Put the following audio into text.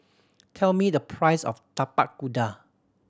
tell me the price of Tapak Kuda